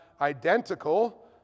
identical